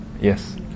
Yes